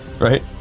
Right